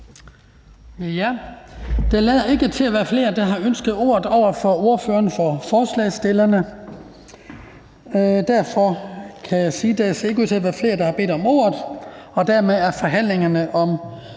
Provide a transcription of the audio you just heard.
Der lader ikke til at være flere, der har ønsket korte bemærkninger til ordføreren for forslagsstillerne. Derfor kan jeg sige: Der er ikke flere, der har bedt om ordet, og dermed er forhandlingen om